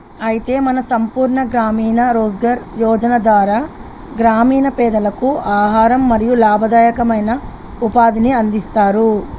అయితే మన సంపూర్ణ గ్రామీణ రోజ్గార్ యోజన ధార గ్రామీణ పెదలకు ఆహారం మరియు లాభదాయకమైన ఉపాధిని అందిస్తారు